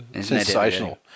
Sensational